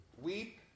Weep